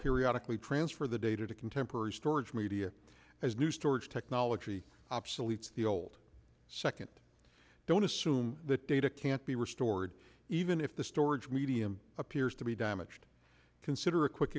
periodic we transfer the data to contemporary storage media as new storage technology obsoletes the old second don't assume that data can't be restored even if the storage medium appears to be damaged consider a quick